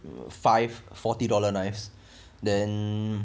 five forty dollar knives then